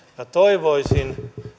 minä toivoisin